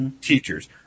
teachers